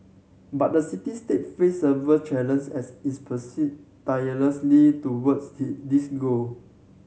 but the city state face several challenge as it persist tirelessly towards this goal